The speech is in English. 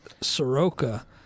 Soroka